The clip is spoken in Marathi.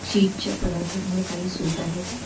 चीजच्या पदार्थांवर काही सूट आहे का